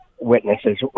witnesses